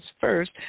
First